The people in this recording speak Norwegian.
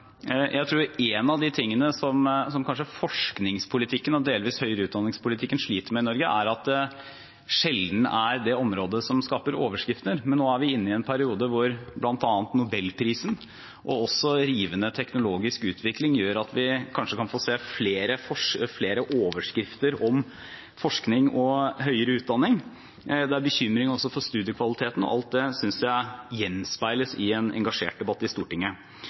Jeg tror en av de tingene som kanskje forskningspolitikken og delvis politikken for høyere utdanning sliter med i Norge, er at det sjelden er det området som skaper overskrifter. Men nå er vi inne i en periode hvor bl.a. nobelprisen og en rivende teknologisk utvikling gjør at vi kanskje kan få se flere overskrifter om forskning og høyere utdanning. Det er bekymring også for studiekvaliteten, og alt det synes jeg gjenspeiles i en engasjert debatt i Stortinget.